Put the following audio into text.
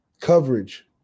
coverage